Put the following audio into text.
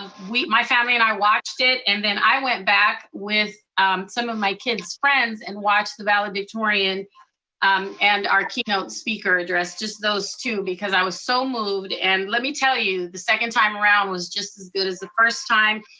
my family and i watched it, and then i went back with some of my kids' friends and watched the valedictorian um and our keynote speaker address, just those two, because i was so moved. and let me tell you, the second time around was just as good as the first time.